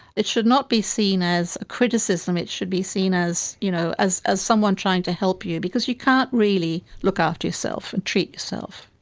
it should not be seen as a criticism, it should be seen as you know as someone trying to help you because you can't really look after yourself and treat yourself.